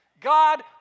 God